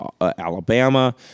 Alabama